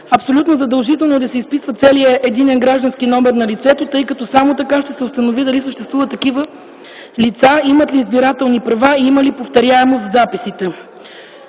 Абсолютно задължително е да се изписва целият единен граждански номер на лицето, тъй като само така ще се установи дали съществуват такива лица, имат ли избирателни права и има ли повтаряемост в записите.